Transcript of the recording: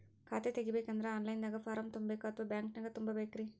ಖಾತಾ ತೆಗಿಬೇಕಂದ್ರ online ದಾಗ ಫಾರಂ ತುಂಬೇಕೊ ಅಥವಾ ಬ್ಯಾಂಕನ್ಯಾಗ ತುಂಬ ಬೇಕ್ರಿ?